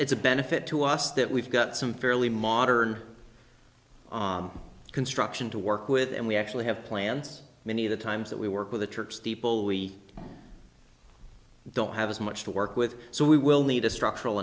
it's a benefit to us that we've got some fairly modern om construction to work with and we actually have plans many of the times that we work with the church steeple we don't have as much to work with so we will need a structural